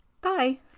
Bye